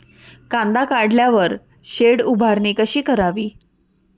कांदा काढल्यावर शेड उभारणी कशी करावी?